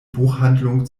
buchhandlung